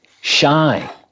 shine